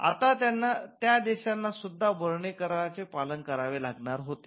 आता त्या देशांना सुद्धा बर्ने कराराचे पालन करावे लागणार होते